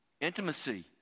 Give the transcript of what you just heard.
Intimacy